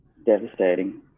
devastating